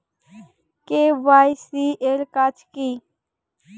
KYC এর কাজ কি?